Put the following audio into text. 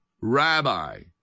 rabbi